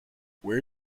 where